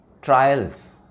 Trials